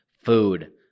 Food